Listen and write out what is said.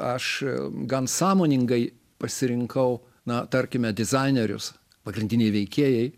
aš gan sąmoningai pasirinkau na tarkime dizainerius pagrindiniai veikėjai